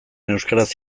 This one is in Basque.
euskaraz